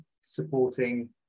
supporting